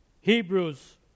Hebrews